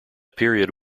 period